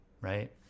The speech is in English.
right